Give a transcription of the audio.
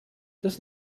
das